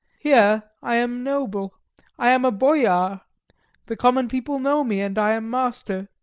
here i am noble i am boyar the common people know me, and i am master.